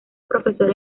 profesor